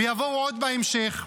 ויבואו עוד בהמשך.